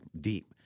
deep